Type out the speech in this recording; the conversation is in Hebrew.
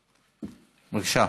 לוועדת העבודה,